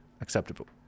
acceptable